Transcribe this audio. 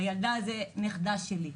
הילדה היא כמו הנכדה שלי,